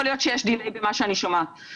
יכול להיות שיש דיליי במה שאני שומעת.